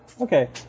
Okay